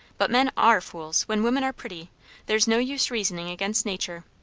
but men are fools when women are pretty there's no use reasoning against nature.